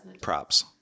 Props